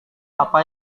apa